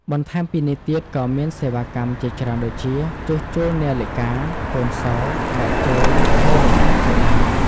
បន្ថែមពីនេះទៀតក៏មានសេវាកម្មជាច្រើនដូចជា ជួសជុលនាឡិកា កូនសោរ ស្បែកជើង នាឡិកាជាដើម ។